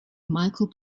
michael